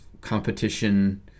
competition